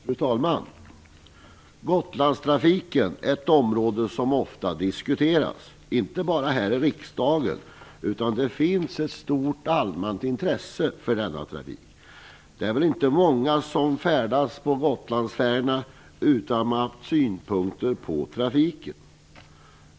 Herr talman! Gotlandstrafiken är ett ämne som ofta diskuteras inte bara här i riksdagen. Det finns ett stort allmänt intresse för denna trafik. Det är inte många som färdas med Gotlandsfärjorna utan att ha synpunkter på trafiken.